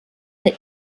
der